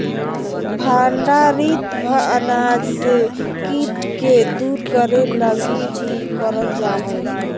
भंडारित अनाज से कीट के दूर करे लगी भी करल जा हइ